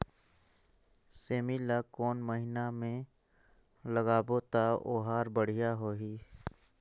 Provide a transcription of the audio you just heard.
सेमी ला कोन महीना मा लगाबो ता ओहार बढ़िया होही?